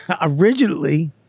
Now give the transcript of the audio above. originally